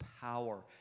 power